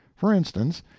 for instance,